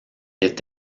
est